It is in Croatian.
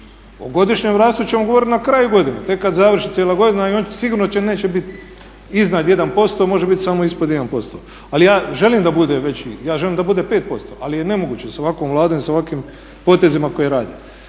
O godišnjem rastu ćemo govoriti na kraju godine, tek kad završi cijela godina i sigurno neće biti iznad 1%, može biti samo ispod 1%. Ali ja želim da bude veći, ja želim da bude 5% ali je nemoguće s ovakvom Vladom i s ovakvim potezima koje radi.